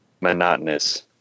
monotonous